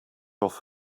off